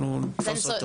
אנחנו נתפוס אותו.